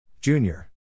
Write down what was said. Junior